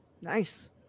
Nice